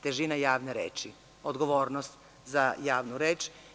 Težina javne reči, odgovornost za javnu reč.